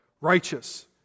righteous